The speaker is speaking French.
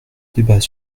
débat